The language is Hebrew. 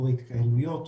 חריגה.